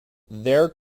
there